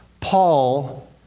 Paul